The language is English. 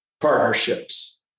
partnerships